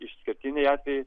išskirtiniai atvejai